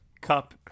Cup